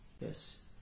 Yes